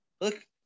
Look